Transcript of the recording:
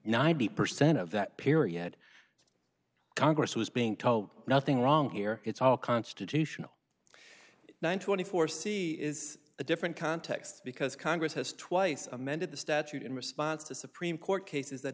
ninety percent of that period congress was being told nothing wrong here it's all constitutional nine twenty four c is a different context because congress has twice amended the statute in response to supreme court cases that